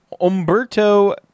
Umberto